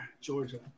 Georgia